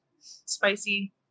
spicy